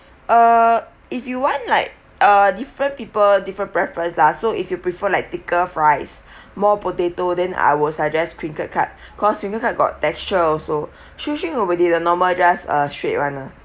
uh if you want like uh different people different preference lah so if you prefer like thicker fries more potato then I will suggest crinkle cut cause crinkle cut got texture also shoestring over the normal just a straight one ah